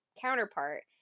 counterpart